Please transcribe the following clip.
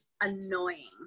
annoying